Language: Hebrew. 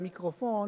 והמיקרופון,